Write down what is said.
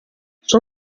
sua